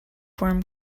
form